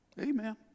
Amen